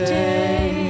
day